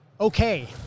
okay